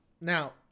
now